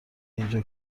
اینجا